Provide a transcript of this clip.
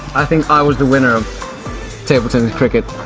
i think i was the winner of table tennis cricket!